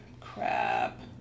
crap